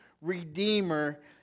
redeemer